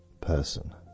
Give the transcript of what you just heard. person